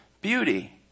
beauty